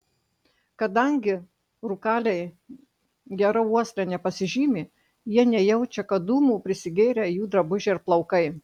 kadangi rūkaliai gera uosle nepasižymi jie nejaučia kad dūmų prisigėrę jų drabužiai ir plaukai